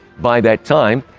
by that time,